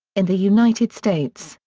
in the united states,